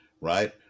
right